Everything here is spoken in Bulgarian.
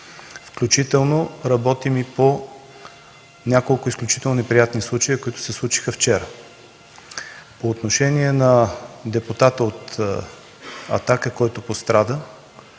Включително работим и по няколко изключително неприятни случая, които се случиха вчера. По отношение на депутата от „Атака”, който пострада,